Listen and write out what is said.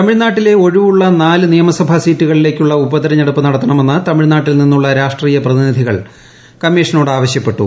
തമിഴ്നാട്ടിലെ ഒഴിവുള്ള നാല് നിയമസഭാ സീറ്റുകളിലേക്കുള്ള കൂള് പ്പൂർത്തരഞ്ഞെടുപ്പ് നടത്തണമെന്ന് തമിഴ്നാട്ടിൽ നിന്നുള്ള് ്രാഷ്ട്രീയ പ്രതിനിധികൾ കമ്മീഷനോട് ആവശ്യപ്പെട്ടു